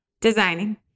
Designing